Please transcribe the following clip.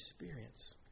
experience